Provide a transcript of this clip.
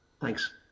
Thanks